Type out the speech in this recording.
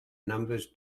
numbers